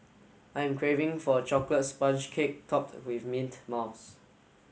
I'm craving for a chocolate sponge cake topped with mint mouse